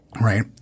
right